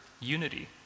unity